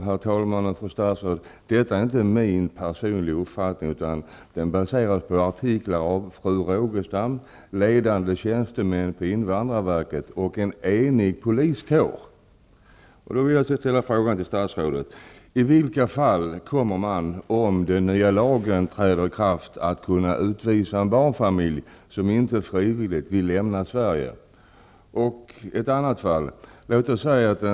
Detta är inte min personliga uppfattning, herr talman och fru statsråd. Den baseras på artiklar av fru Rogestam, på uttalanden av ledande tjänstemän på invandrarverket och en enig poliskår. I vilka fall kommer man att kunna utvisa en barnfamilj som inte frivilligt lämnar Sverige om den nya lagen träder i kraft? Låt oss ta ett annat fall.